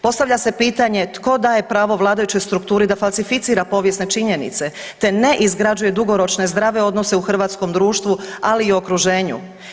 Postavlja se pitanje tko daje pravo vladajućoj strukturi da falsificira povijesne činjenice, te ne izgrađuje dugoročne zdrave odnose u hrvatskom društvu, ali i okruženju.